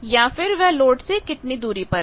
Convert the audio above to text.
या फिर वह लोड से कितनी दूरी पर है